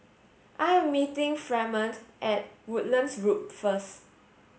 I am meeting Fremont at Woodlands Loop first